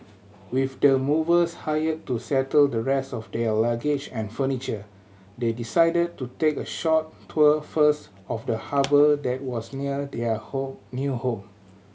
with the movers hired to settle the rest of their luggage and furniture they decided to take a short tour first of the harbour that was near their home new home